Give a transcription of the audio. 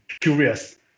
curious